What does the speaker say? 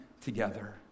together